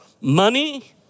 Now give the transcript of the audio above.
money